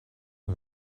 een